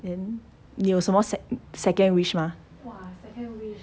你有什么 sec~ second wish mah